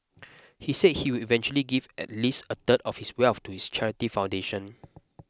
he said he will eventually give at least a third of his wealth to his charity foundation